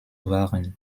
wahren